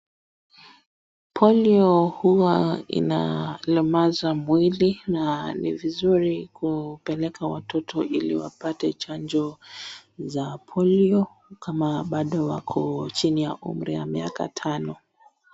Poliohuwa inalemaza mwili na ni vizuri kupeleka watoto ili wapate chanjo za polio kama bado wako chini ya umri ya miaka tano.